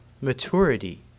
maturity